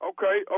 Okay